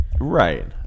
Right